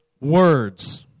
words